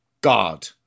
God